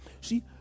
See